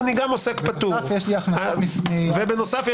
יש לי הכנסות מ --- בנוסף,